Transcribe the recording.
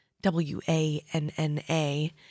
W-A-N-N-A